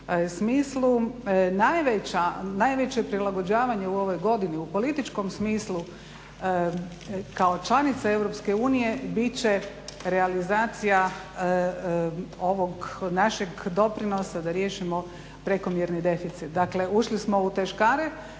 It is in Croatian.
Najveće prilagođavanje u ovoj godini u političkom smislu kao članica EU bit će realizacija ovog našeg doprinosa da riješimo prekomjerni deficit, dakle ušli smo u te škare